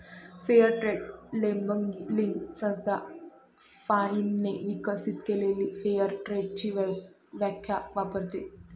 fair trade labelling संस्था फाइनने विकसित केलेली फेअर ट्रेडची व्याख्या वापरते